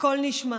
הכל נשמע